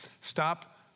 stop